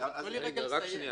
תנו לי רגע לסיים.